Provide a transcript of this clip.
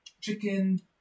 chicken